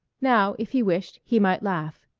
now, if he wished, he might laugh.